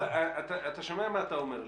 אתה שומע מה שאתה אומר לי?